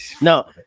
No